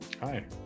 Hi